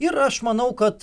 ir aš manau kad